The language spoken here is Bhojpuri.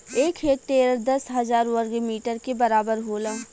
एक हेक्टेयर दस हजार वर्ग मीटर के बराबर होला